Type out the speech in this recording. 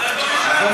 אז בוא,